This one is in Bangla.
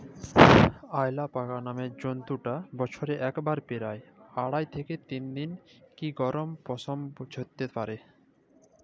অয়ালাপাকা নামের জন্তুটা বসরে একবারে পেরায় আঢ়াই লে তিন কিলগরাম পসম ঝরাত্যে পারে